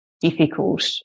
difficult